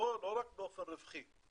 לא רק באופן רווחי.